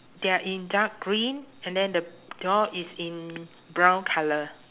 they are in dark green and then the door is in brown colour